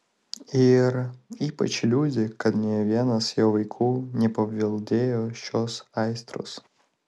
ir ypač liūdi kad nė vienas jo vaikų nepaveldėjo šios aistros